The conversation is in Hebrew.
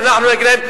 שאנחנו נגיד להם,